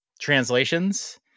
translations